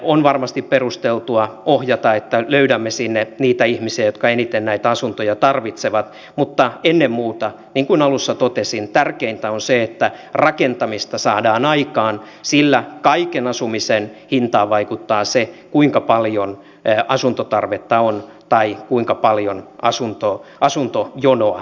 on varmasti perusteltua ohjata että löydämme sinne niitä ihmisiä jotka eniten näitä asuntoja tarvitsevat mutta ennen muuta niin kuin alussa totesin tärkeintä on se että rakentamista saadaan aikaan sillä kaiken asumisen hintaan vaikuttaa se kuinka paljon asuntotarvetta on tai kuinka paljon asuntojonoa on